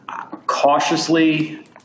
cautiously